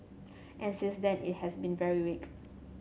and since then it has been very weak